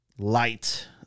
Light